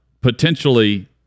potentially